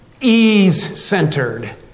ease-centered